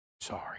sorry